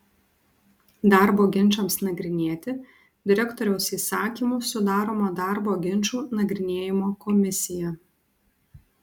darbo ginčams nagrinėti direktorius įsakymu sudaroma darbo ginčų nagrinėjimo komisija